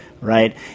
right